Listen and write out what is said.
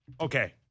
okay